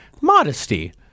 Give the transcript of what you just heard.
modesty